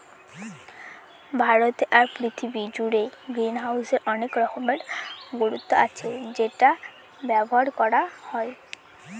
ভারতে আর পৃথিবী জুড়ে গ্রিনহাউসের অনেক রকমের গুরুত্ব আছে সেটা ব্যবহার করা হয়